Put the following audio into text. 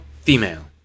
female